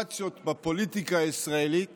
בפוליטיקה הישראלית